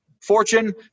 Fortune